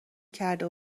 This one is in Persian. کرده